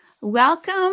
Welcome